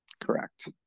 Correct